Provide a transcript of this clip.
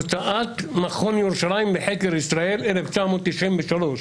הוצאת מכון ירושלים לחקר ישראל, 1990,